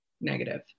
Negative